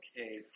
okay